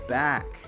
back